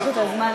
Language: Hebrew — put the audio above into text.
שרון,